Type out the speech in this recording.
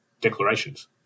declarations